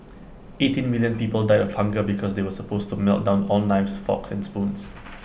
eighteen million people died of hunger because they were supposed to melt down all knives forks and spoons